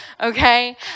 okay